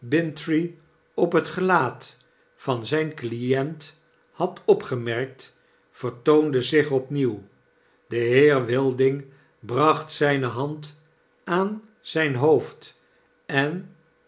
op het gelaat van zyn client had opgemerkt vertoonde zich opnieuw de heer wilding bracht zyne hand aan zijn hoofd en